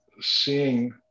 seeing